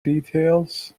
details